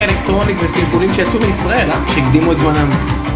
אלקטרוניק וסימפולים שיצאו מישראל, שהקדימו את זמנם